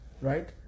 right